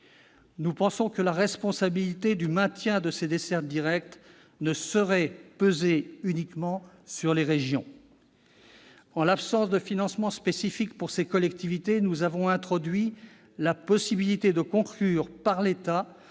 À nos yeux, la responsabilité du maintien de ces dessertes directes ne saurait peser uniquement sur les régions. En l'absence de financement spécifique pour ces collectivités territoriales, nous avons introduit la possibilité, pour l'État,